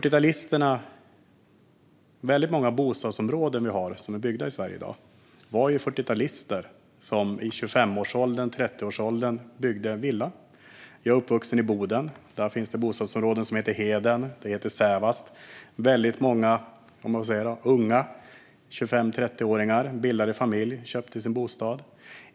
I väldigt många bostadsområden i Sverige var det 40-talister som i 25 eller 30-årsåldern byggde villor. Jag är uppvuxen i Boden, där det finns sådana bostadsområden som heter Heden och Sävast. Där var det unga 25 eller 30-åringar som bildade familj och köpte sin bostad.